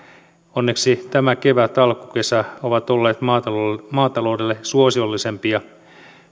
onneksi tämä kevät alkukesä ovat olleet maataloudelle suosiollisempia